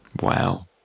Wow